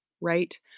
right